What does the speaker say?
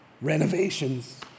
renovations